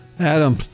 Adam